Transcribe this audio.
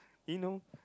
he know